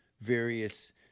various